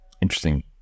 Interesting